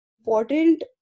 important